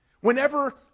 Whenever